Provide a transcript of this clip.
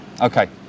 okay